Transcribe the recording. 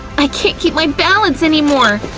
i can't keep my balance anymore!